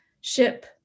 ship